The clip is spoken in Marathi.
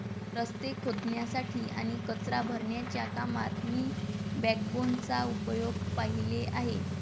रस्ते खोदण्यासाठी आणि कचरा भरण्याच्या कामात मी बॅकबोनचा उपयोग पाहिले आहेत